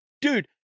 Dude